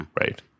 right